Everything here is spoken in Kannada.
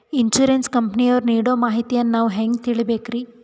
ಇನ್ಸೂರೆನ್ಸ್ ಕಂಪನಿಯವರು ನೀಡೋ ಮಾಹಿತಿಯನ್ನು ನಾವು ಹೆಂಗಾ ತಿಳಿಬೇಕ್ರಿ?